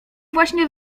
właśnie